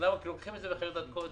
לוקחים את זה בחרדת קודש.